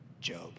Job